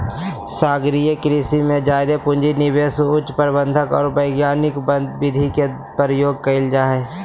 सागरीय कृषि में जादे पूँजी, निवेश, उच्च प्रबंधन और वैज्ञानिक विधि के प्रयोग कइल जा हइ